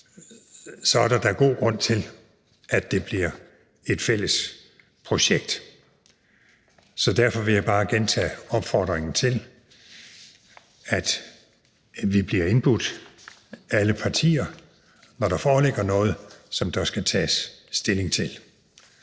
så er der da god grund til, at det bliver et fælles projekt. Så derfor vil jeg bare gentage opfordringen til, at vi bliver indbudt, alle partier, når der foreligger noget, som der skal tages stilling til.